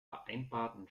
vereinbarten